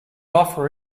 offer